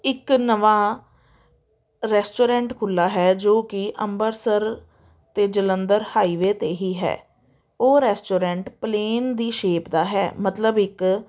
ਇੱਕ ਨਵਾਂ ਰੈਸਟੋਰੈਂਟ ਖੁੱਲ੍ਹਾ ਹੈ ਜੋ ਕਿ ਅੰਮ੍ਰਿਤਸਰ ਅਤੇ ਜਲੰਧਰ ਹਾਈਵੇ 'ਤੇ ਹੀ ਹੈ ਉਹ ਰੈਸਟੋਰੈਂਟ ਪਲੇਨ ਦੀ ਸ਼ੇਪ ਦਾ ਹੈ ਮਤਲਬ ਇੱਕ